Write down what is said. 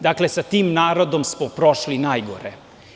Dakle, sa tim narodom smo prošli najgore.